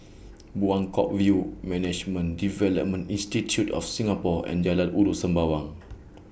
Buangkok View Management Development Institute of Singapore and Jalan Ulu Sembawang